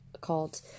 called